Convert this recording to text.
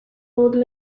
old